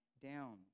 down